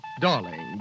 Darling